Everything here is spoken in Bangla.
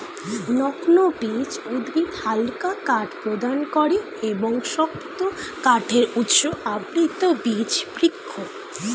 নগ্নবীজ উদ্ভিদ হালকা কাঠ প্রদান করে এবং শক্ত কাঠের উৎস আবৃতবীজ বৃক্ষ